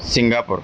Singapore